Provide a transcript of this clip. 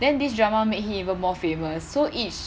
then this drama make him even more famous so each